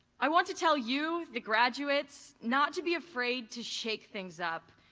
i want to tell you, the graduates, not to be afraid to shake things up.